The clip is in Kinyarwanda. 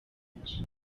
benshi